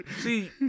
See